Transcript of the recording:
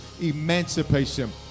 emancipation